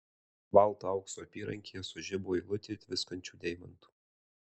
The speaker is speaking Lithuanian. balto aukso apyrankėje sužibo eilutė tviskančių deimantų